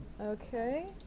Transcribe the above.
Okay